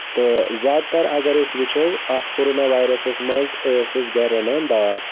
تہٕ زیادٕ تَر اَگر أسۍ وٕچھو اَتھ کَرونا وایرَسَس منٛز ٲسۍ أسۍ گرِ رَنان دال